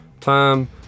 time